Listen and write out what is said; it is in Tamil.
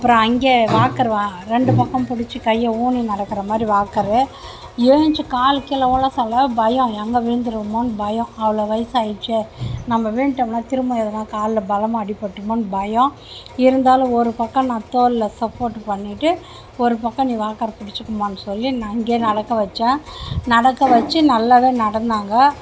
அப்பறம் அங்கே வாக்கர் ரெண்டு பக்கம் பிடிச்சி கையை ஊனி நடக்கிற மாதிரி வாக்கரு ஏந்திச்சி காலுக்கீழே ஊன சொல்ல பயம் எங்கே விழுந்துருவோமோன்னு பயம் அவ்வளோ வயசாயிடுச்சே நம்ம விழுந்துட்டோம்ன்னா திரும்ப எதுனா காலில் பலமாக அடிப்பட்டிருமோன்னு பயம் இருந்தாலும் ஒரு பக்கம் நான் தோளில் சப்போர்ட்டு பண்ணிவிட்டு ஒரு பக்கம் நீ வாக்கரை பிடிச்சிக்கம்மா சொல்லி நான் அங்கே நடக்க வைச்சேன் நடக்க வச்சு நல்லாவே நடந்தாங்க